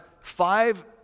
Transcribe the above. five